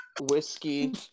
whiskey